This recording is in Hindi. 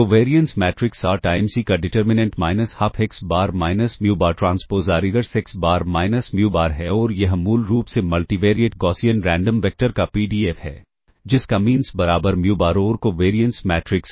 covariance matrix R times e का determinant minus half x bar minus mu bar transpose R inverse x bar minus mu bar है और यह मूल रूप से मल्टिवेरिएट गॉसियन रैंडम वेक्टर का पीडीएफ है जिसका मीन्स बराबर म्यू बार और कोवेरिएंस मैट्रिक्स है